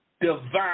divine